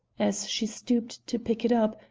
as she stooped to pick it up,